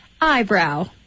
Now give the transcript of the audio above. eyebrow